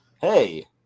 hey